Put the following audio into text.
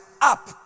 up